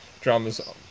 dramas